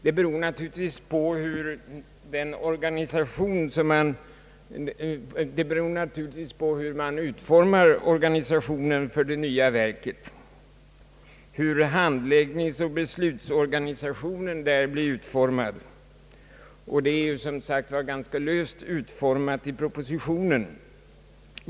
Det beror naturligtvis på hur man utformar organisationen för det nya verket, hur handläggningsoch beslutsorganisationen blir utformad, och det är ju som sagt ganska löst utformat i propositionen.